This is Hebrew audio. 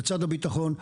לצד הביטחון,